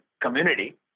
community